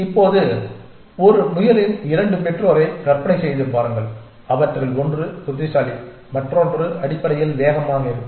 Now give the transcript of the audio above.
இப்போது ஒரு முயலின் 2 பெற்றோரை கற்பனை செய்து பாருங்கள் அவற்றில் ஒன்று புத்திசாலி மற்றொன்று அடிப்படையில் வேகமாக இருக்கும்